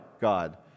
God